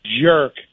jerk